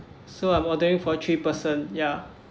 so I'm ordering for three person ya